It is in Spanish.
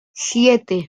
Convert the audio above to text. siete